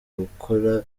gukora